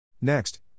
Next